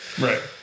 right